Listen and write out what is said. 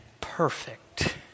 perfect